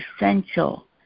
essential